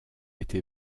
été